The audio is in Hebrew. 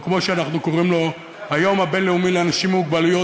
או כמו שאנחנו קוראים לו: היום הבין-לאומי לאנשים עם מוגבלויות.